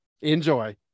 Enjoy